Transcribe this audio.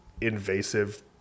invasive